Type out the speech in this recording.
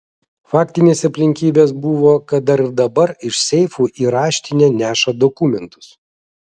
faktinės aplinkybės buvo kad dar ir dabar iš seifų į raštinę neša dokumentus